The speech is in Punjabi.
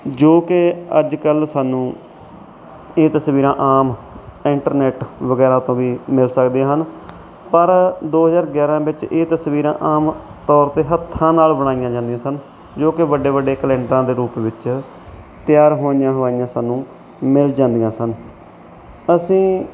ਜੋ ਕਿ ਅੱਜ ਕੱਲ੍ਹ ਸਾਨੂੰ ਇਹ ਤਸਵੀਰਾਂ ਆਮ ਇੰਟਰਨੈਟ ਵਗੈਰਾ ਤੋਂ ਵੀ ਮਿਲ ਸਕਦੀਆਂ ਹਨ ਪਰ ਦੋ ਹਜ਼ਾਰ ਗਿਆਰਾਂ ਵਿੱਚ ਇਹ ਤਸਵੀਰਾਂ ਆਮ ਤੌਰ 'ਤੇ ਹੱਥਾਂ ਨਾਲ ਬਣਾਈਆਂ ਜਾਂਦੀਆਂ ਸਨ ਜੋ ਕਿ ਵੱਡੇ ਵੱਡੇ ਕੈਲੰਡਰਾਂ ਦੇ ਰੂਪ ਵਿੱਚ ਤਿਆਰ ਹੋਈਆਂ ਹਵਾਈਆਂ ਸਾਨੂੰ ਮਿਲ ਜਾਂਦੀਆਂ ਸਨ ਅਸੀਂ